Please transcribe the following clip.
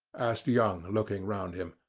asked young, looking round him.